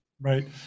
Right